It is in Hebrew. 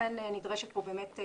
לכן נדרשת פה הסכמה פה אחד.